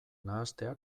nahastea